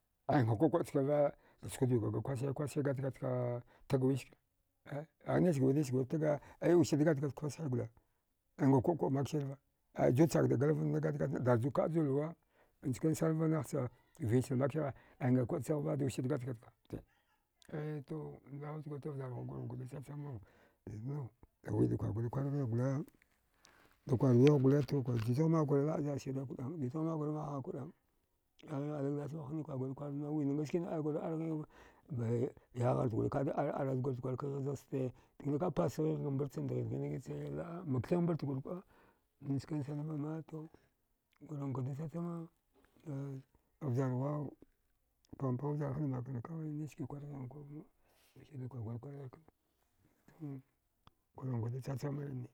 Aya nga kuə-kuə chkava da skwadwika kwasi gatgatka tagwiske a anisgawir nisgawir taga ai wisirda gatgatka kwasai gole nga kuə-kuə maksirva juchakda galvanne gatgatna daraju kaə julwa njkansanva nahcha vyachan maksire aya nga kuəchagva dawiska da gatgatka aito ndauchgurta vjarghuwa gorankwada chachamau inau dawida kwarguri kwarghigh gole dakwarwigh gole to jichagh mahgurimah laəsira kuəag jichag mahguri maha kudaəag aya ghigh ali gdass vahanna kwargurikwarna wina ngaskina argurni ar ghighva de yahaghghart gole kada ar ara zgurcha kwarka kazazste dgina kapasghigh ga mbarchan dghin dghina nache laəa makthigh mbarchgur kuəa njkensen vama to gurankwada chachama a avjarhuaw paghma pgha vjarhada makarnda kawai niske kwarghigh vama sikida kwargurikwar ghigh knato gurankwada chachamanni